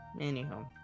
anyhow